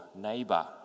neighbor